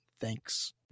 Thanks